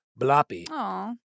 Bloppy